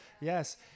Yes